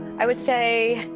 i would say,